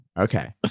Okay